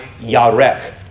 Yarek